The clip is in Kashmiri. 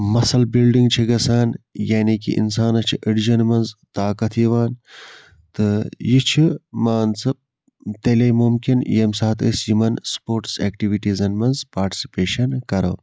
مَسل بِلڈِنٛگ چھِ گَژھان یعنی کہِ اِنسانَس چھِ أڑجَن مَنٛز طاقت یِوان تہٕ یہِ چھِ مان ژٕ تیٚلے مُمکِن ییٚمہِ ساتہٕ أسۍ یِمَن سپوٹس ایٚکٹِوِٹیٖزَن مَنٛز پاٹسِپیشَن کَرَو